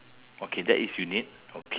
each one one turn ah